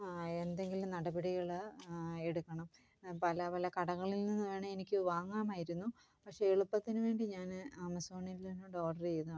എന്തെങ്കിലും നടപടികൾ എടുക്കണം പല വല്ല കടകളിൽ നിന്നും വേണേൽ എനിക്ക് വാങ്ങാമായിരുന്നു പക്ഷേ എളുപ്പത്തിനുവേണ്ടി ഞാൻ ആമസോണിൽ നിന്ന് ഓഡർ ചെയ്തതാണ്